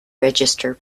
register